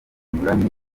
zinyuranye